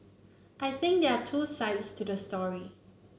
I think there are two sides to the story